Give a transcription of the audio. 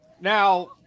Now